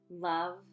love